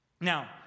Now